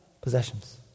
possessions